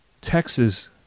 Texas